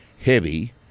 heavy